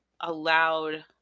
allowed